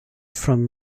from